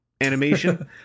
animation